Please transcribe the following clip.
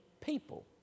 people